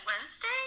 Wednesday